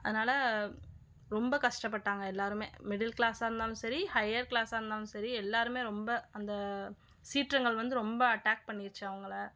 அதனால் ரொம்ப கஷ்டப்பட்டாங்க எல்லோருமே மிடில் கிளாஸா இருந்தாலும் சரி ஹையர் கிளாஸா இருந்தாலும் சரி எல்லோருமே ரொம்ப அந்த சீற்றங்கள் வந்து ரொம்ப அட்டாக் பண்ணிடுச்சி அவங்களை